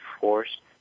forced